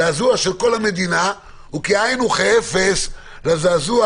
זעזוע של המדינה הוא כאין וכאפס לזעזוע